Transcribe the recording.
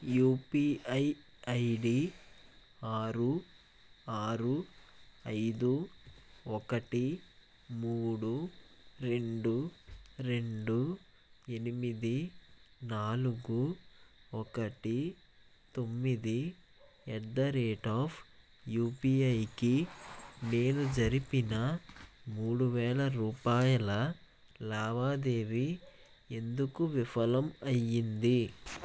UPI ID ఆరు ఆరు ఐదు ఒకటి మూడు రెండు రెండు ఎనిమిది నాలుగు ఒకటి తొమ్మిది ఎట్ ద రేట్ ఆఫ్ యుపిఐకి నేను జరిపిన మూడు వేల రూపాయల లావాదేవీ ఎందుకు విఫలం అయ్యింది